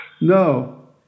no